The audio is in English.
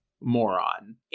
moron